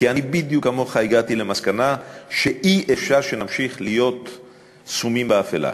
כי אני בדיוק כמוך הגעתי למסקנה שאי-אפשר שנמשיך להיות סומים באפלה.